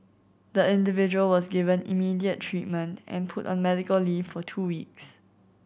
the individual was given immediate treatment and put on medical leave for two weeks